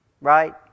right